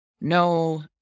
no